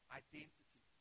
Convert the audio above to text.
identity